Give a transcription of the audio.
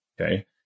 okay